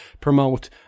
promote